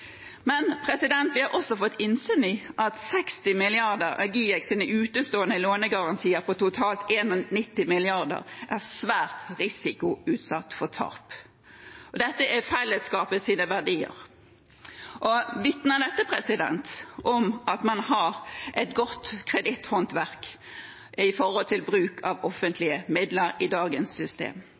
Vi har også fått innsyn i at 60 mrd. kr av GIEKs utestående lånegarantier på totalt 91 mrd. kr er svært risikoutsatt for tap. Dette er fellesskapets verdier. Vitner dette om at man har et godt kreditthåndverk med tanke på bruk av offentlige midler i dagens system?